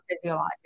physiological